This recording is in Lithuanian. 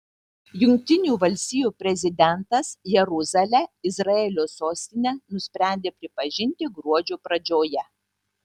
jungtinių valstijų prezidentas jeruzalę izraelio sostine nusprendė pripažinti gruodžio pradžioje